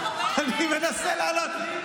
אני מנסה לעלות,